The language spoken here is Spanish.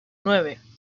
nueve